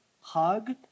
hug